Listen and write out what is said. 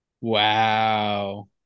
Wow